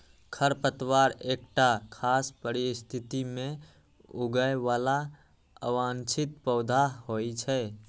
खरपतवार एकटा खास परिस्थिति मे उगय बला अवांछित पौधा होइ छै